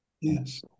Yes